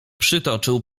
przytoczył